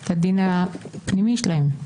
את הדין הפנימי שלהם.